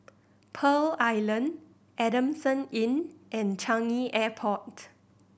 Pearl Island Adamson Inn and Changi Airport